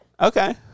Okay